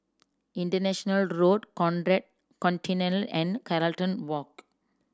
International Road Conrad Centennial and Carlton Walk